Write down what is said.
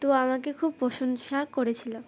তো আমাকে খুব প্রশংসা করেছিলো